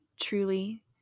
truly